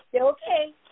okay